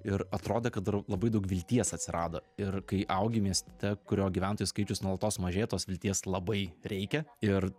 ir atrodė kad dar labai daug vilties atsirado ir kai augi mieste kurio gyventojų skaičius nuolatos mažėja tos vilties labai reikia ir